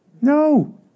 No